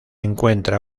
encuentra